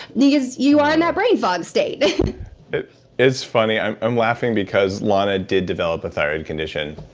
because you are in that brain fog state it's funny. i'm i'm laughing because lana did develop a thyroid condition,